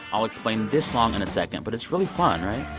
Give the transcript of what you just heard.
i'll explain this song in a second, but it's really fun, right?